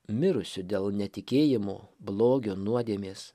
mirusiu dėl netikėjimo blogio nuodėmės